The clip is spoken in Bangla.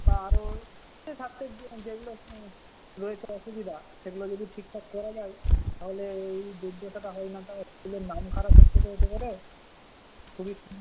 বা আরো এর সাথে যেগুলো রয়েছে অসুবিধা সেগুলো যদি ঠিকঠাক করা যায় তাহলে এই স্কুলের নাম খারাপ হচ্ছে তো এতে করে খুবই